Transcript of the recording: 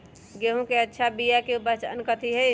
गेंहू के अच्छा बिया के पहचान कथि हई?